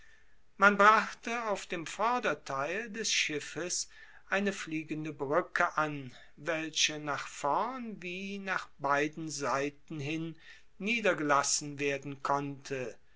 man brachte auf dem vorderteil des schiffes eine fliegende bruecke an welche nach vorn wie nach beiden seiten hin niedergelassen werden konnte